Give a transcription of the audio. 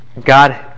God